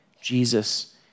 Jesus